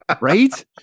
right